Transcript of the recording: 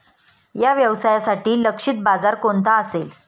या व्यवसायासाठी लक्षित बाजार कोणता असेल?